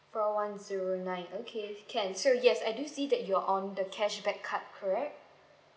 four one zero nine okay can so yes I do see that you're on the cashback card correct